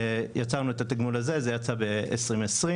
יצרנו את התגמול הזה שיצא ב-2020.